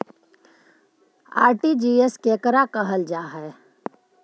RTGS केकरा कहल जा है?